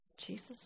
Jesus